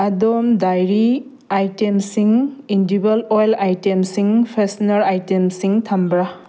ꯑꯗꯣꯝ ꯗꯥꯏꯔꯤ ꯑꯥꯏꯇꯦꯝꯁꯤꯡ edible oil ꯑꯥꯏꯇꯦꯝꯁꯤꯡ ꯐꯦꯁꯅꯔ ꯑꯥꯏꯇꯦꯝꯁꯤꯡ ꯊꯝꯕ꯭ꯔꯥ